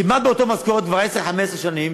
כמעט באותה משכורת, כבר 10 15 שנים,